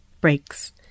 breaks